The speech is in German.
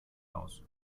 aus